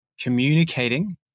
communicating